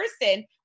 person